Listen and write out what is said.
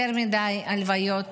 יותר מדי הלוויות